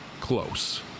close